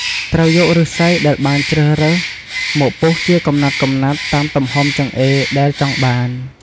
ត្រូវយកឫស្សីដែលបានជ្រើសរើសមកពុះជាកំណាត់ៗតាមទំហំចង្អេរដែលចង់បាន។